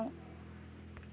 थां